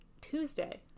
tuesday